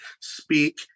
speak